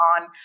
on